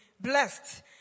blessed